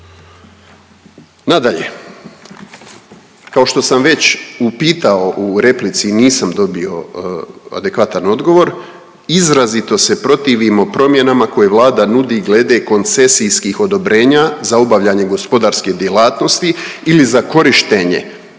Nadalje, kao što sam već upitao u replici i nisam dobio adekvatan odgovor izrazito se protivimo promjenama koje Vlada nudi glede koncesijskih odobrenja za obavljanje gospodarske djelatnosti ili za korištenje